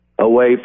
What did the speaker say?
away